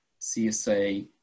CSA